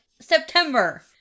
September